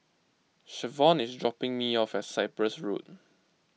Shavon is dropping me off at Cyprus Road